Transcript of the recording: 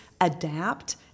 adapt